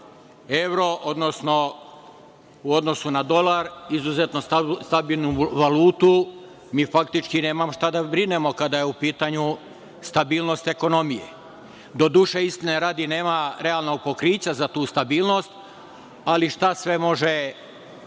evro odnosno u odnosu na dolar izuzetno stabilnu valutu, mi faktički nemamo šta da brinemo kada je u pitanju stabilnost ekonomije. Doduše, istine radi, nema realnog pokrića za tu stabilnost, ali šta sve može